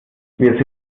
wir